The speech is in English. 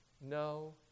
no